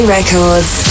Records